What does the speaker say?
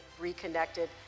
reconnected